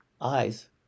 eyes